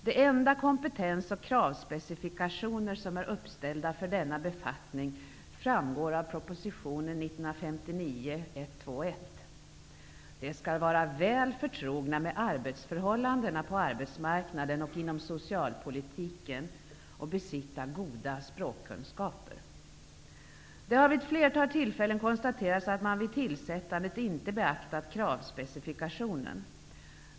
De enda kompetensoch kravspecifikationer som är uppställda för denna befattning framgår av proposition 1959:121, där det sägs: ''De skall vara väl förtrogna med arbetsförhållandena på arbetsmarknaden och inom socialpolitiken och besitta goda språkkunskaper.'' Det har vid ett flertal tillfällen konstaterats att man vid tillsättandet inte beaktat kravspecifikationen.